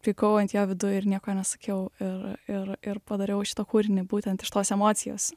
pykau ant jo viduj ir nieko nesakiau ir ir ir padariau šitą kūrinį būtent iš tos emocijos